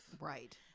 Right